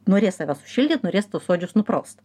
norės save sušildyt norės tuos suodžius nupraust